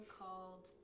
called